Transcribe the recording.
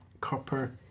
Copper